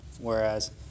Whereas